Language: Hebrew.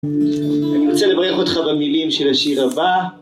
אני רוצה לברך אותך במילים של השיר הבא